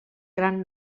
gran